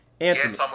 Anthony